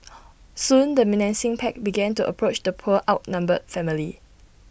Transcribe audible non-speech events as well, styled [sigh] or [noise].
[noise] soon the menacing pack began to approach the poor outnumbered family